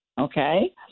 Okay